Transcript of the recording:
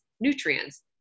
nutrients